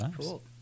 cool